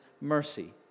mercy